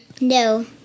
No